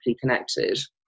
connected